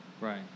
Right